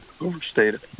overstated